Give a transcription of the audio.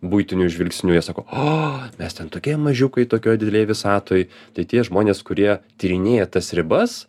buitiniu žvilgsniu jie sako a mes ten tokie mažiukai tokioj didelėj visatoj tai tie žmonės kurie tyrinėja tas ribas